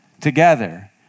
together